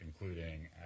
including